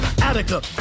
Attica